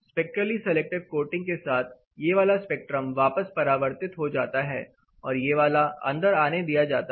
spectrally selective coating के साथ ये वाला स्पेक्ट्रम वापस परावर्तित हो जाता है और ये वाला अंदर आने दिया जाता है